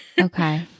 Okay